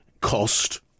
cost